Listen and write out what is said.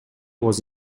was